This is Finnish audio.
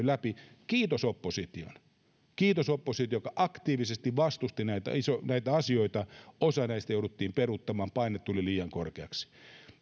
läpi kiitos opposition kiitos opposition joka aktiivisesti vastusti näitä asioita osa näistä jouduttiin peruuttamaan paine tuli liian korkeaksi